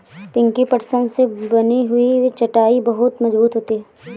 पिंकी पटसन से बनी हुई चटाई बहुत मजबूत होती है